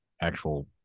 actual